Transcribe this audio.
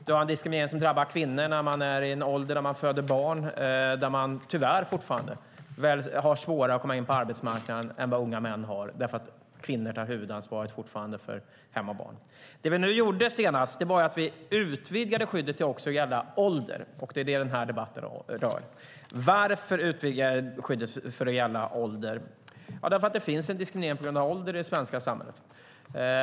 Vi har en diskriminering som drabbar kvinnor som är i den ålder då man föder barn. Tyvärr har de fortfarande svårare att komma in på arbetsmarknaden än vad unga män har eftersom kvinnor fortfarande tar huvudansvaret för hem och barn. Det vi senast har gjort är att utvidga skyddet till att också gälla ålder. Det är detta den här debatten handlar om. Varför utvidgades skyddet till att gälla ålder? Därför att det finns en diskriminering på grund av ålder i det svenska samhället.